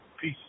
Peace